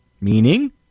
meaning